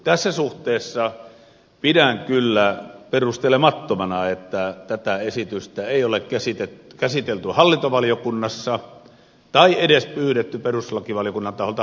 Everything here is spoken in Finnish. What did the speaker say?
tässä suhteessa pidän kyllä perustelemattomana että tätä esitystä ei ole käsitelty hallintovaliokunnassa tai edes pyydetty perustuslakivaliokunnan taholta hallintovaliokunnan lausuntoa